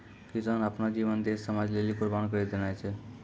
किसान आपनो जीवन देस समाज लेलि कुर्बान करि देने छै